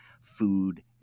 food